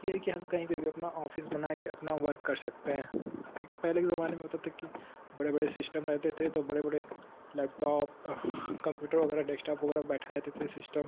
ये है कि हम कहीं पर भी अपना ऑफ़िस बना कर अपना वर्क कर सकते हैं क्योंकि पहले के ज़माने में होता था कि बड़े बड़े शिश्टम रहते थे तो बड़े बड़े लेपटॉप कंप्यूटर वगैरह डेस्कटॉप वगैरह पर बैठाए जाते थे सिश्टम